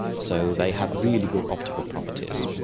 so they have really good optical properties.